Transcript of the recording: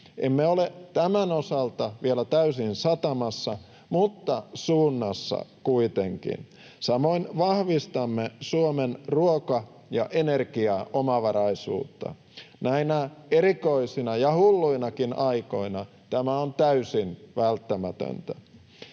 Emme ole tämän osalta vielä täysin satamassa mutta suunnassa kuitenkin. Samoin vahvistamme Suomen ruoka- ja energiaomavaraisuutta. Näinä erikoisina ja hulluinakin aikoina tämä on täysin välttämätöntä.